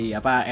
apa